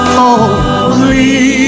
holy